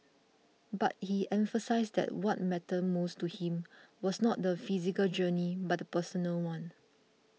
but he emphasised that what mattered most to him was not the physical journey but the personal one